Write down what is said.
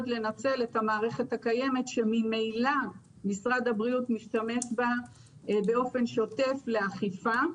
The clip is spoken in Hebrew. לנצל את המערכת הקיימת שממילא משרד הבריאות משתמש בה באופן שוטף לאכיפה.